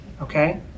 Okay